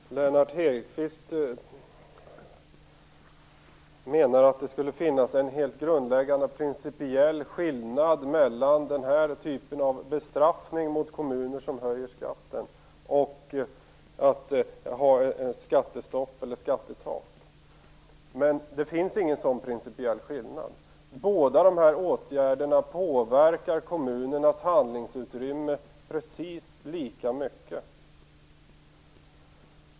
Fru talman! Lennart Hedquist menar att det skulle finnas en grundläggande principiell skillnad mellan den här typen av bestraffning av kommuner som höjer skatten och att ha ett skattestopp eller ett skattetak, men det finns ingen sådan principiell skillnad. Båda dessa åtgärder påverkar kommunernas handlingsutrymme precis lika mycket.